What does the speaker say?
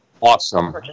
awesome